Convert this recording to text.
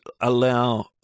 allow